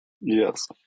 Yes